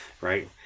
right